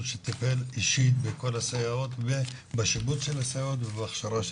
וראיתי אישית את כל הסייעות ובשיבוץ של הסייעות ובהכשרה שלהם.